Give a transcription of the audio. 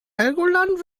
helgoland